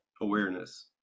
awareness